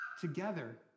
together